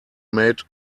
made